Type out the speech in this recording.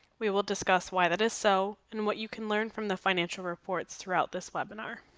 we will discuss why that is so and what you can learn from the financial reports throughout this webinar.